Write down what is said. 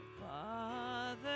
father